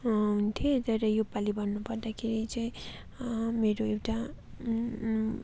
हुन्थेँ तर यसपालि भन्नु पर्दाखेरि चाहिँ मेरो एउटा